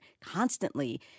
constantly